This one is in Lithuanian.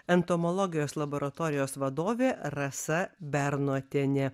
entomologijos laboratorijos vadovė rasa bernotienė